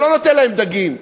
שלא נותן להם דגים,